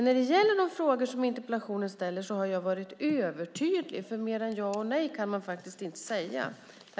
När det gäller de frågor som interpellationen ställer har jag varit övertydlig, för tydligare än ja och nej kan man inte svara.